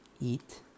eat